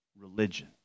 religion